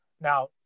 Now